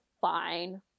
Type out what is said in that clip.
fine